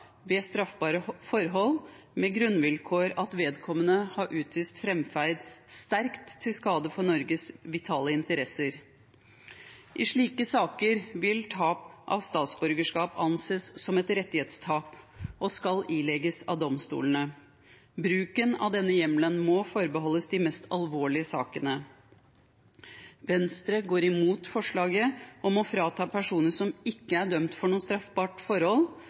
ved straffbare forhold med det som grunnvilkår at vedkommende har utvist framferd sterkt til skade for Norges vitale interesser. I slike saker vil tap av statsborgerskap anses som et rettighetstap og skal ilegges av domstolene. Bruken av denne hjemmelen må forbeholdes de mest alvorlige sakene. Venstre går imot forslaget om å frata personer som ikke er dømt for noe straffbart forhold,